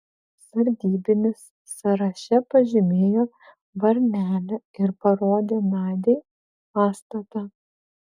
sargybinis sąraše pažymėjo varnelę ir parodė nadiai pastatą